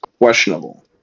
questionable